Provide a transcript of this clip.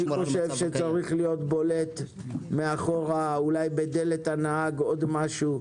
אני חושב שזה צריך להיות בולט מאחור ואולי בדלת הנהג עוד משהו.